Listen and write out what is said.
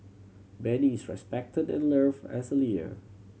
Benny is respected and loved as a